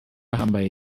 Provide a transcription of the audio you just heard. ahambaye